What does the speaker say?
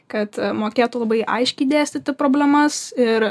kad mokėtų labai aiškiai dėstyti problemas ir